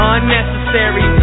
Unnecessary